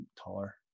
taller